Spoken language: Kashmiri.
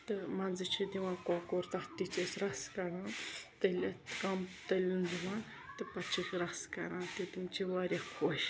تہٕ مَنزٕ چھِ دِوان کۄکُر تَتھ تہِ چھِ أسۍ رَس کَڑان تٔلِتھ کَم تٔلِیُن دِوان تہٕ پوٚتُس رَس کَران تہٕ تِم چھِ واریاہ خۄش